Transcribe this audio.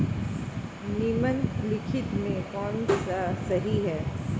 निम्नलिखित में से कौन सा सही है?